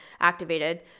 activated